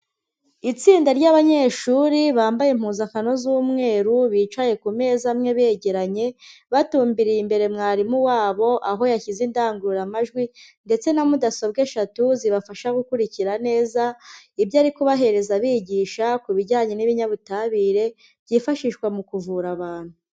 Itsinda ry'abanyeshuri, bambaye impuzankano z'umweru, bicaye ku meza amwe begeranye, batumbiriye imbere mwarimu wabo, aho yashyize indangururamajwi, ndetse na mudasobwa eshatu zibafasha gukurikira neza, ibyo ari kubahereza abigisha, ku bijyanye n'ibinyabutabire, byifashishwa mu kuvura abantu.